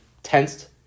tensed